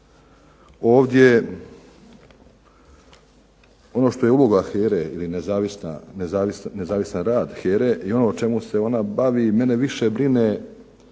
ovdje ono što je uloga HERE nezavisan rad HERE i ono o čemu se ona bavi mene više brinu